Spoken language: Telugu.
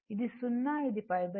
ఇది 0 ఇది π 2